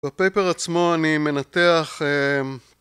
בפייפר עצמו אני מנתח אממ